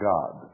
God